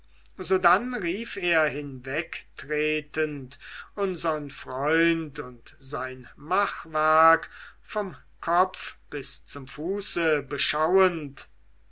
sodann rief er hinwegtretend unsern freund und sein machwerk vom kopf bis zum fuße beschauend